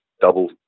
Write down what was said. double